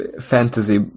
fantasy